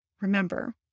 Remember